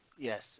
Yes